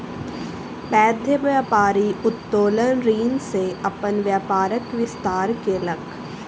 पैघ व्यापारी उत्तोलन ऋण सॅ अपन व्यापारक विस्तार केलक